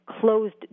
closed